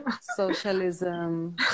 Socialism